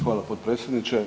Hvala potpredsjedniče.